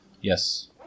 Yes